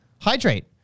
Hydrate